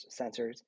sensors